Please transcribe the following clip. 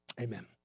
Amen